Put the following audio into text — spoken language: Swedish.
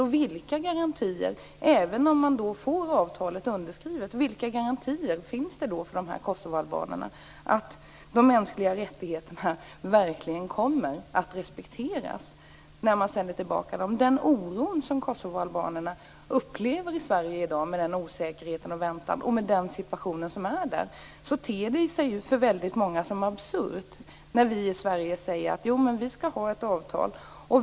Och om man skulle få avtalet underskrivet, vilka garantier finns det då för de här kosovoalbanerna att de mänskliga rättigheterna verkligen kommer att respekteras när man sänder tillbaka dem? Med tanke på den oro som kosovoalbanerna upplever i Sverige i dag med osäkerheten och väntan, och med tanke på den situation som råder där nere, ter det sig ju för väldigt många som absurt när vi i Sverige säger: Vi skall ha ett avtal.